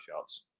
shots